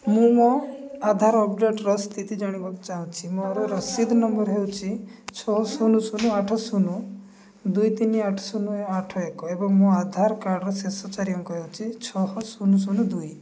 ମୁଁ ମୋ ଆଧାର ଅପଡ଼େଟ୍ର ସ୍ଥିତି ଜାଣିବାକୁ ଚାହୁଁଛି ମୋର ରସିଦ ନମ୍ବର ହେଉଛି ଛଅ ଶୂନ ଶୂନ ଆଠ ଶୂନ ଦୁଇ ତିନି ଆଠ ଶୂନ ଆଠ ଏକ ଏବଂ ମୋ ଆଧାର କାର୍ଡ଼ର ଶେଷ ଚାରି ଅଙ୍କ ହେଉଛି ଛଅ ଶୂନ ଶୂନ ଦୁଇ